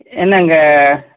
என்ன அங்கே